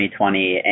2020